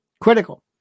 critical